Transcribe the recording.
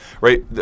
right